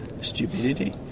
stupidity